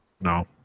No